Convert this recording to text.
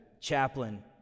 chaplain